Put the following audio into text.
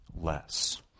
less